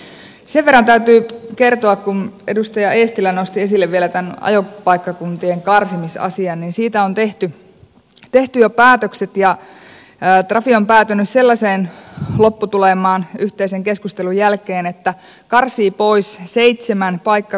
sen verran täytyy kertoa kun edustaja eestilä nosti esille vielä tämän ajopaikkakuntien karsimisasian että siitä on tehty jo päätökset ja trafi on päätynyt sellaiseen lopputulemaan yhteisen keskustelun jälkeen että karsii pois seitsemän paikkakuntaa